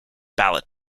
ballot